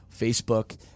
Facebook